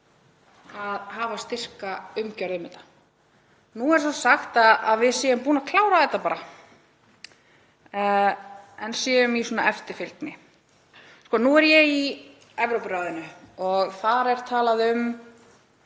að hafa styrka umgjörð um þetta. Nú er svo sagt að við séum búin að klára þetta bara en séum í svona eftirfylgni. Nú er ég í Evrópuráðinu og þar er talað um,